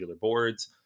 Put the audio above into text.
boards